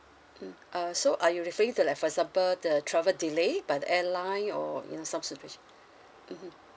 mm uh so are you referring to like for example the travel delays by the airline or you know some situation mmhmm